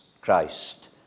Christ